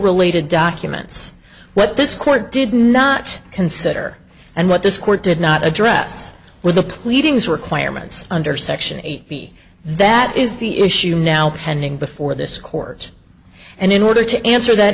related documents what this court did not consider and what this court did not address were the pleadings requirements under section eight b that is the issue now pending before this court and in order to answer that